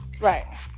Right